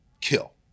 kill